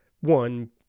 one